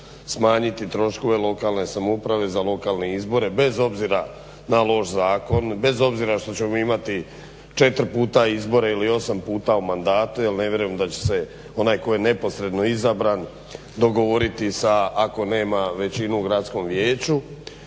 smanjiti troškove lokalne samouprave za lokalne izbore, bez obzira na loš zakon, bez obzira što ćemo mi imati 4 puta izbore ili 8 puta u mandatu jer ne vjerujem da će se onaj koji je neposredno izabran dogovoriti sa, ako nema većinu u gradskom vijeću.